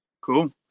Cool